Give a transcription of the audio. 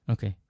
Okay